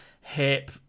hip